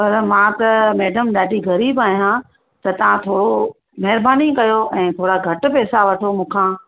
पर मां त मेडम ॾाढी ग़रीब आहियां त तव्हां थोरो महिरबानी कयो ऐं थोरा घटि पैसा वठो मूं खां